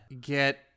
get